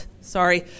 sorry